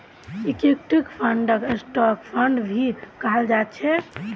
equity फंडक stock fund भी कहाल जा छे